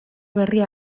berria